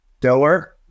Delaware